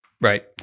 Right